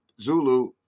Zulu